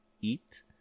eat